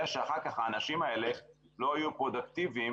שאחר כך האנשים האלה לא יהיו פרודוקטיביים